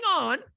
on